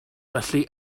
felly